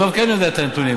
דב כן יודע את הנתונים.